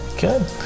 Good